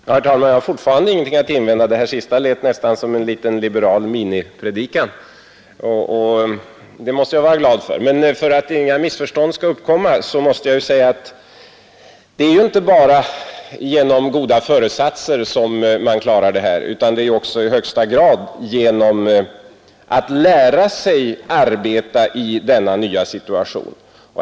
Herr talman! Jag har fortfarande ingenting att invända. Det här senaste lät nästan som en liten liberal minipredikan, och det bör jag ju vara glad över. Men för att inga missförstånd skall uppkomma måste jag säga, att det är inte bara genom goda föresatser som man klarar det här problemet, utan det är också i högsta grad genom att lära sig arbeta i denna nya situation.